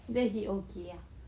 then he okay ah